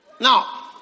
Now